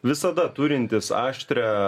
visada turintis aštrią